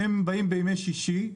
הם באים בימי שישי,